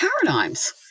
paradigms